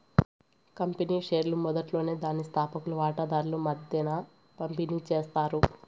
company షేర్లు మొదట్లోనే దాని స్తాపకులు వాటాదార్ల మద్దేన పంపిణీ చేస్తారు